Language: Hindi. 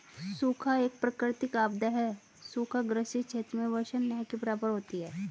सूखा एक प्राकृतिक आपदा है सूखा ग्रसित क्षेत्र में वर्षा न के बराबर होती है